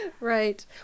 right